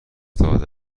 داده